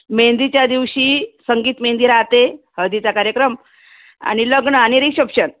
मेहंदीच्या दिवशी संगीत मेहंदी राहते हळदीचा कार्यक्रम आणि लग्न आणि रिशप्शन